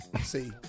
See